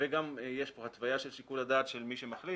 גם יש פה התוויה של שיקול הדעת של מי שמחליט,